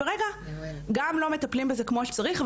גם לא מטפלים בזה כמו שצריך,